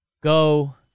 Go